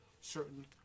certain